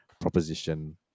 proposition